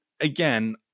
again